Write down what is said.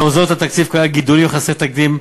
לאור זאת, התקציב כלל גידולים חסרי תקדים,